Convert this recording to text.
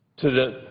to the